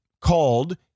called